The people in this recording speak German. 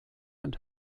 und